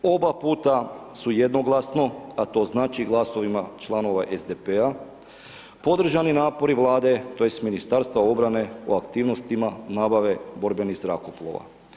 Oba puta su jednoglasno, a to znači glasovima članova SDP-a podržani napori Vlade tj. Ministarstva obrane u aktivnostima nabave borbenih zrakoplova.